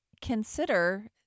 consider